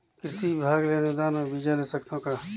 कृषि विभाग ले अनुदान म बीजा ले सकथव का?